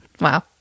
Wow